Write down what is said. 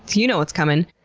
you know what's coming.